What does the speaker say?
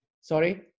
Sorry